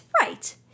right